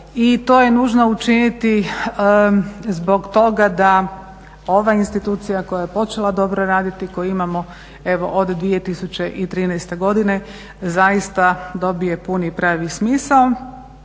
I to je nužno učiniti zbog toga da ova institucija koja je počela dobro raditi, koju imamo evo od 2013. godine zaista dobije puni i pravi smisao.